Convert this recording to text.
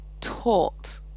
taught